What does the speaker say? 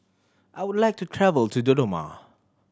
I would like to travel to Dodoma